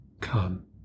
come